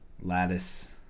Lattice